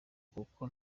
kuko